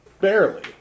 Barely